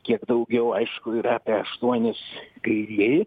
kiek daugiau aišku yra apie aštuonis kairieji